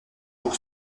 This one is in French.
pour